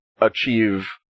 achieve